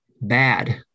bad